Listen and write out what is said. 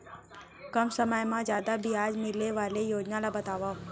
कम समय मा जादा ब्याज मिले वाले योजना ला बतावव